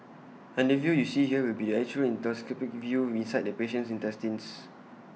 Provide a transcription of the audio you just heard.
and the view you see here will be the actual endoscopic view inside the patient's intestines